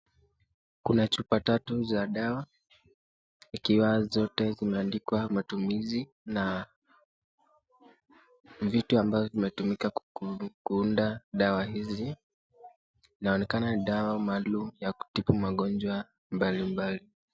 Kuna chupa tatu za dawa, ikiwa zote zimeandikwa matumizi na vitu ambazo zimetumika kuunda dawa hizi, unaonekana ni dawa maalum ta kutibu magonjwa mbalimbali.